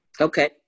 Okay